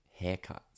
haircuts